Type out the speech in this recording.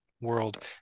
world